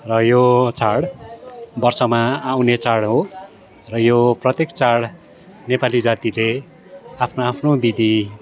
र यो चाड वर्षमा आउने चाड हो र यो प्रत्येक चाड नेपाली जातिले आफ्नो आफ्नो विधि